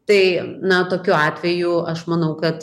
tai na tokiu atveju aš manau kad